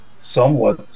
somewhat